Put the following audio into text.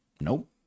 nope